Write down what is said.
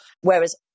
Whereas